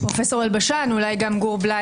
פרופ' יובל אלבשן מסיים את דבריו,